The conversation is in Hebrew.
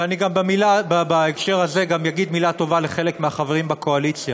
ואני בהקשר הזה גם אגיד מילה לטובה לחלק מהחברים בקואליציה.